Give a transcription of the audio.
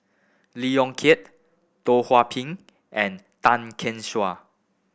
Lee Yong Kiat Teo Ho Pin and Tan Gek Suan